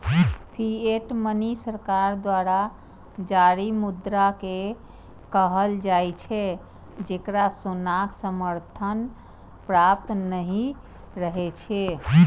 fiat money सरकार द्वारा जारी मुद्रा कें कहल जाइ छै, जेकरा सोनाक समर्थन प्राप्त नहि रहै छै